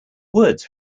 words